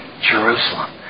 Jerusalem